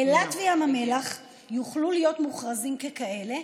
אילת וים המלח יוכלו להיות מוכרזים ככאלה,